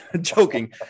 Joking